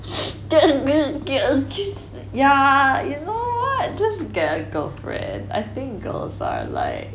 yeah you know what just get a girlfriend I think girls are like